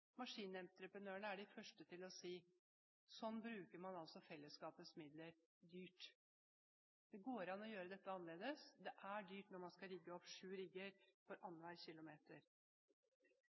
Maskinentreprenørene er de første til å si at sånn bruker man altså fellesskapets midler – dyrt. Det går an å gjøre dette annerledes. Det er dyrt når man skal rigge opp én rigg for